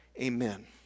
Amen